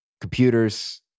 computers